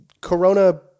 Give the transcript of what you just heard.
Corona